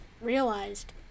realized